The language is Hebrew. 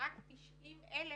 ורק 90,000